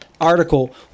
article